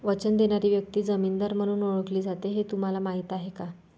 वचन देणारी व्यक्ती जामीनदार म्हणून ओळखली जाते हे तुम्हाला माहीत आहे का?